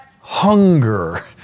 hunger